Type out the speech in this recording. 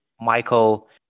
Michael